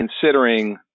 considering